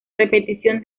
repetición